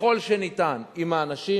ככל שניתן עם האנשים.